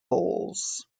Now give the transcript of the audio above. balls